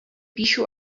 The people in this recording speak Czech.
píšu